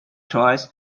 toys